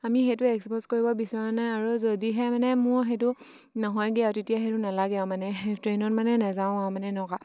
আমি সেইটো এক্সপ'জ কৰিব বিচৰা নাই আৰু যদিহে মানে মোৰ সেইটো নহয়গৈ আৰু তেতিয়া সেইটো নালাগে আৰু মানে ট্ৰেইনত মানে নাযাওঁ আৰু মানে এনেকুৱা